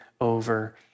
over